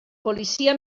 policia